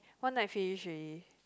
one night finish already